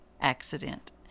accident